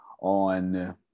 on